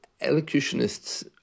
elocutionists